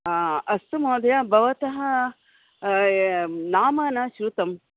अस्तु महोदय भवतः नाम न श्रुतं